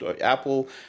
Apple